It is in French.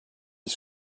les